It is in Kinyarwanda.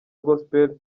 gospel